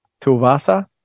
Tulvasa